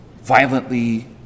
violently